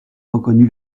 reconnu